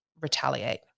retaliate